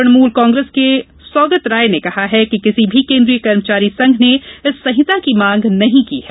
तृणमूल कांग्रेस के सौगत राय ने कहा कि किसी भी केन्द्रीय कर्मचारी संघ ने इस सेहिता की मांग नही की है